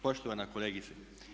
Poštovana kolegice.